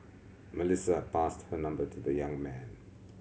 Melissa passed her number to the young man